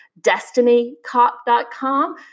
destinycop.com